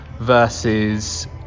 versus